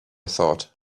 thought